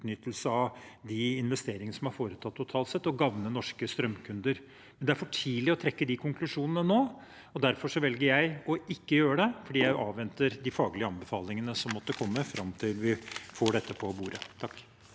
utnyttelse av de investeringene som er foretatt totalt sett, og gagne norske strømkunder. Det er for tidlig å trekke de konklusjonene nå, og derfor velger jeg å ikke gjøre det, fordi jeg avventer de faglige anbefalingene som måtte komme, fram til vi får dette på bordet.